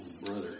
Brother